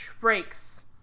breaks